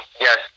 yes